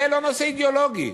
זה לא נושא אידיאולוגי,